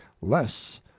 less